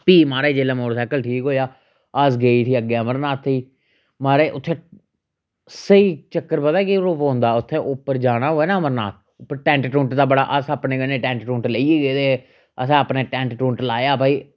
फ्ही महाराज जेल्लै मोटरसाईकल ठीक होएआ अस गे उठी अग्गैं अमरनाथै गी महाराज उत्थैं स्हेई चक्कर पता केह् पौंदा उत्थैं उप्पर जाना होऐ ना अमरनाथ उप्पर टैंट टुंट दा बड़ा अस अपने कन्नै टैंट टुंट लेइयै गेदे हे असें अपने टैंट टुंट लाया भई